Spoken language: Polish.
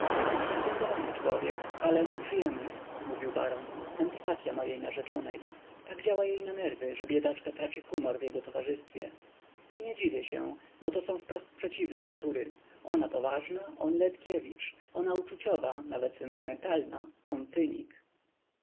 dystyngowany człowiek ale nieprzyjemny mówił baron antypatya mojej narzeczonej tak działa jej na nerwy że biedaczka traci humor w jego towarzystwie i nie dziwię się bo to są wprost przeciwne natury ona poważna on letkiewicz ona uczuciowa nawet sentymentalna on cynik